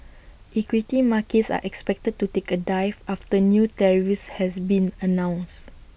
equity markets are expected to take A dive after new tariffs has been announced